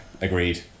agreed